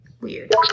Weird